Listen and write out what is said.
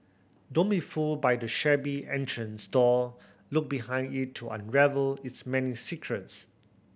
don't be fooled by the shabby entrance door look behind it to unravel its many secrets